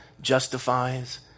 Justifies